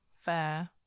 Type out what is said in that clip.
fair